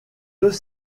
deux